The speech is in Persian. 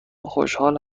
خوشحال